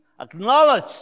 acknowledge